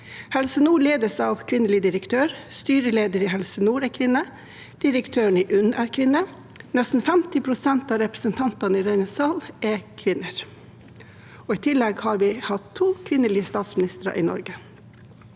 Helse Nord ledes av kvinnelig direktør, styreleder i Helse Nord er kvinne, direktøren i UNN er kvinne, nesten 50 pst. av representantene i denne sal er kvinner, og i tillegg har vi hatt to kvinnelige statsministere i Norge.